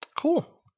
Cool